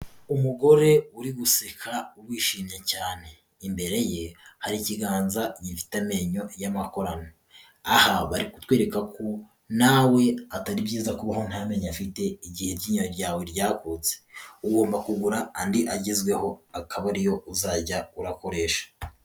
Umugore uri guseka wishimye cyane, imbere ye hari ikiganza gifite amenyo y'amakorano, aha bari kutwereka ko nawe atari byiza kubaho nta menyo afite igihe iryinyo ryawe ryakutse, ugomba kugura andi agezweho akaba ariyo uzajya urakoresha.